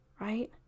right